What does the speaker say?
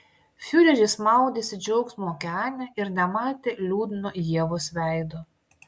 fiureris maudėsi džiaugsmo okeane ir nematė liūdno ievos veido